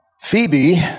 Phoebe